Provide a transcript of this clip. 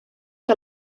que